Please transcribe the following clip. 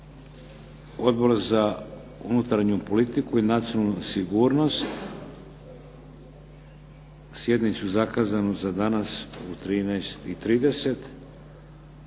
Odbor za unutarnju politiku i nacionalnu sigurnost sjednicu zakazanu za danas u 13,30